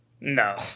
no